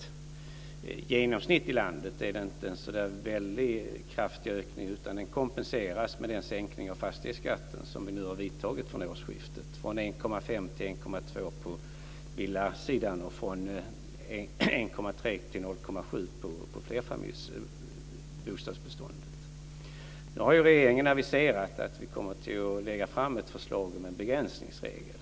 I genomsnitt i landet är det inte en så väldigt kraftig ökning, utan den kompenseras med den sänkning av fastighetsskatten som vi nu har vidtagit från årsskiftet - från 1,5 till 1,2 % Regeringen har aviserat att vi kommer att lägga fram ett förslag om en begränsningsregel.